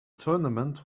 tournament